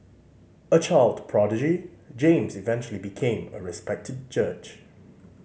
a child prodigy James eventually became a respected judge